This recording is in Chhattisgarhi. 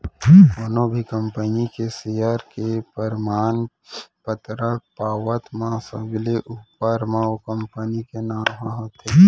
कोनो भी कंपनी के सेयर के परमान पतरक पावत म सबले ऊपर म ओ कंपनी के नांव ह होथे